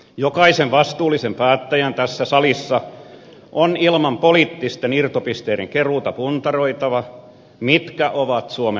jokaisen vastuullisen päättäjän tässä salissa on ilman poliittisten irtopisteiden keruuta puntaroitava mitkä ovat suomen vaihtoehdot